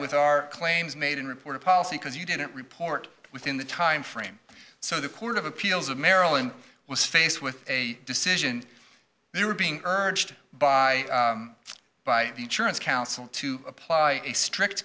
with our claims made and reported policy because you didn't report within the time frame so the court of appeals of maryland was faced with a decision they were being urged by by the insurance council to apply a strict